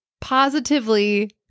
positively